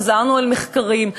חזרנו על מחקרים,